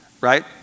right